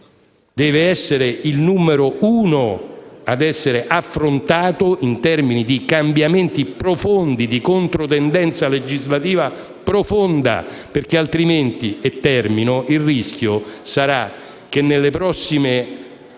doveva essere il primo aspetto ad essere affrontato in termini di cambiamenti profondi e di controtendenza legislativa profonda, perché altrimenti il rischio sarà che nelle prossime